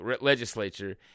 legislature